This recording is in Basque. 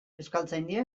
euskaltzaindia